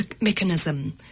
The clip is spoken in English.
mechanism